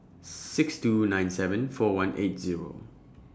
six two nine seven four one eight Zero